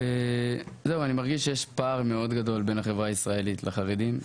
אני מרגיש שיש פער מאוד גדול בין החברה הישראלית לחרדים.